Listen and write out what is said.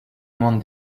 monde